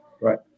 Right